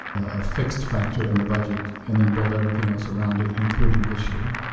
ah fixed factor in the budget and then build everything else around it, including this year.